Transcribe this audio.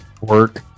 Work